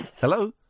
Hello